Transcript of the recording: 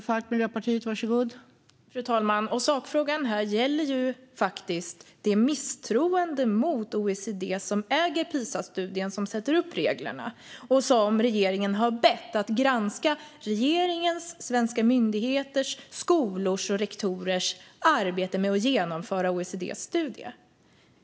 Fru talman! Sakfrågan här gäller misstroendet mot OECD, som äger PISA-studien och som sätter upp reglerna. Regeringen har bett OECD att granska regeringens, svenska myndigheters, skolors och rektorers arbete att genomföra OECD:s studie.